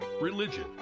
religion